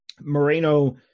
Moreno